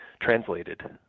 translated